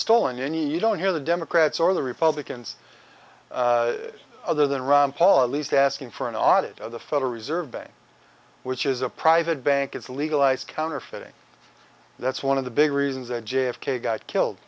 stolen in you don't hear the democrats or the republicans other than ron paul at least asking for an audit of the federal reserve bank which is a private bank it's legalized counterfeiting that's one of the big reasons that j f k got killed